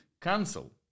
cancel